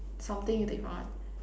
something you take for